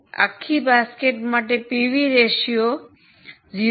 તેથી આખી બાસ્કેટ્ માટે પીવી રેશિયો 0